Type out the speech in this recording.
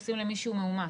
עושים למי שהוא מאומת.